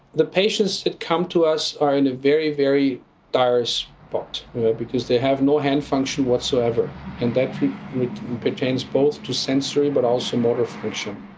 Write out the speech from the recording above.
the patients that come to us are in a very, very dire spot but because they have no hand function whatsoever, and that pertains both to sensory but also motor function.